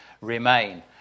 remain